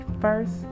first